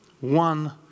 One